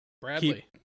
Bradley